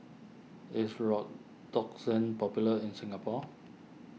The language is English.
is Redoxon popular in Singapore